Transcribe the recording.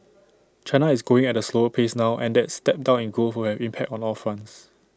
China is growing at A slower pace now and that step down in growth will have impact on all fronts